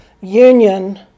union